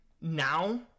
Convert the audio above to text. now